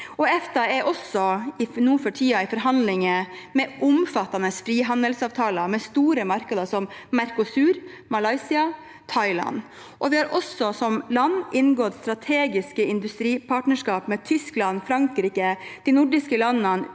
tiden også i forhandlinger om omfattende frihandelsavtaler med store markeder som Mercosur, Malaysia og Thailand. Vi har også som land inngått strategiske industripartnerskap med Tyskland, Frankrike, de nordiske landene,